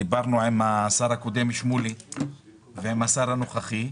דיברנו עם השר הקודם איציק שמולי וגם עם השר הנוכחי.